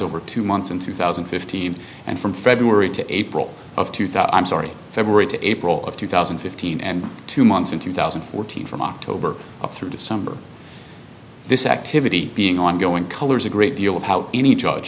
over two months in two thousand and fifteen and from february to april of two thought i'm sorry february to april of two thousand and fifteen and two months in two thousand and fourteen from october through december this activity being ongoing colors a great deal of how any judge